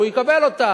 והוא יקבל אותה.